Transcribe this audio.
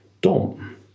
Dom